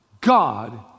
God